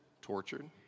tortured